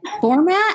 Format